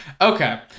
okay